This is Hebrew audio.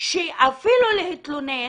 שאפילו להתלונן